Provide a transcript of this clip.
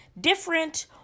different